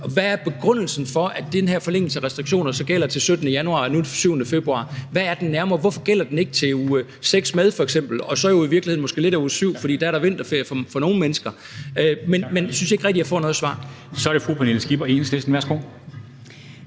Hvad er begrundelsen for, at den her forlængelse af restriktioner først gælder til den 17. januar og nu til den 7. februar? Hvad er den nærmere begrundelse for det? Hvorfor gælder den ikke til f.eks. uge 6 med og så måske i virkeligheden også lidt af uge 7, for der er der vinterferie for nogle mennesker? Men jeg synes ikke rigtig, jeg får noget svar. Kl. 14:03 Formanden (Henrik Dam Kristensen):